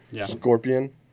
Scorpion